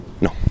No